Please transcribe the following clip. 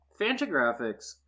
fantagraphics